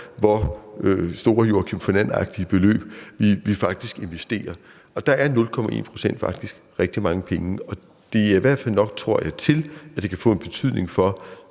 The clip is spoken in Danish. hvor store Joakim von And-agtige beløb, vi faktisk investerer. Og der er 0,1 pct. rigtig mange penge. Det er i hvert fald, tror jeg, nok til, at det vil få en betydning for